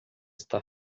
está